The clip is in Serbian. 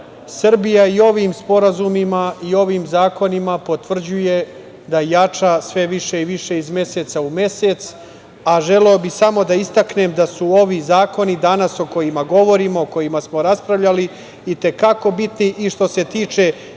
Srbija i ovim sporazumima i ovim zakonima potvrđuje da jača sve više i više iz meseca u mesec, a želeo bih samo da istaknem da su ovi zakoni danas o kojima govorimo, o kojima smo raspravljali i te kako bitni i što se tiče